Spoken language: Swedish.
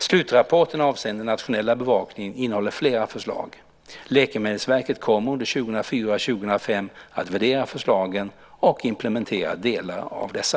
Slutrapporten avseende den nationella bevakningen innehåller flera förslag. Läkemedelsverket kommer under 2004 och 2005 att värdera förslagen och implementera delar av dessa.